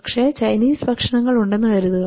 പക്ഷേ ചൈനീസ് ഭക്ഷണങ്ങൾ ഉണ്ടെന്ന് കരുതുക